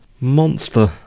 monster